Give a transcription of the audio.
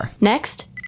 Next